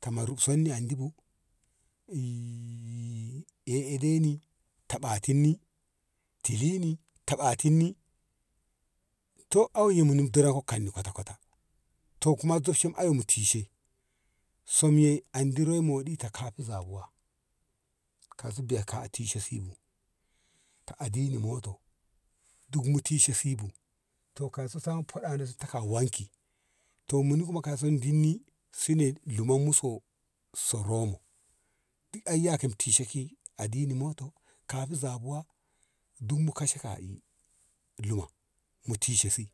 Tamo russanni handi bu eh eh deini taɓa tinni tili ni taɓa tinni to auyo munin diran kan ni kwata kwata to kuma anni tishe som yye andi roi moɗi ta kafi zabuwa tasi biya kati sibu ta ajini moto duk mu tisi si bu kau so ka ta wanki to muni kauso dinni sine luman mu so sorum duk yya kam tishe e ki ajini moto kafi zabuwa duk mu kashe ka`i luma mu tise si